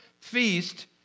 feast